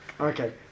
Okay